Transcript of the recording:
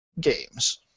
games